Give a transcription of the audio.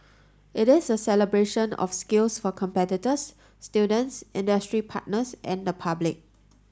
it is a celebration of skills for competitors students industry partners and the public